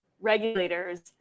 regulators